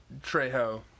trejo